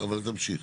אבל תמשיך.